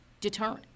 deterrent